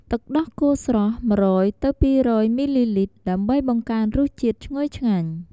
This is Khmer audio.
ទឹកដោះគោស្រស់ ១០០-២០០ មីលីលីត្រ ដើម្បីបង្កើនរសជាតិឈ្ងុយឆ្ងាញ់។